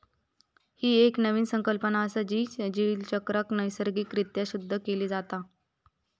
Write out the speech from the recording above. ही एक नवीन संकल्पना असा, जी जलचक्रात नैसर्गिक रित्या शुद्ध केली जाता